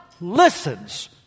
listens